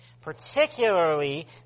Particularly